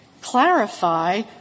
clarify